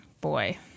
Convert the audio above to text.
Boy